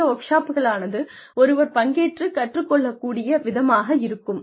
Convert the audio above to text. இந்த வொர்க்ஷாப்களானது ஒருவர் பங்கேற்று கற்றுக் கொள்ளக் கூடிய விதமாக இருக்கும்